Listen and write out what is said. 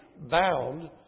bound